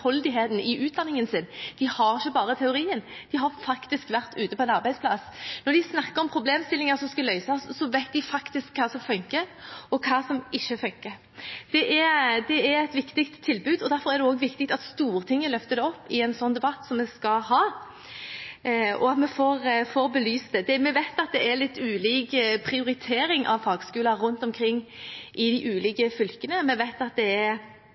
mangfoldigheten i utdanningen sin – de har ikke bare teorien, de har faktisk vært ute på en arbeidsplass. Når de snakker om problemstillinger som skal løses, vet de faktisk hva som fungerer og hva som ikke fungerer. Det er et viktig tilbud, og derfor er det også viktig at Stortinget løfter det opp i en sånn debatt som vi skal ha, og at vi får belyst det. Det vi vet, er at det er litt ulik prioritering av fagskoler rundt omkring i de ulike fylkene. Vi vet at det er